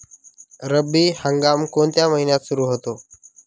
रब्बी हंगाम कोणत्या महिन्यात सुरु होतो?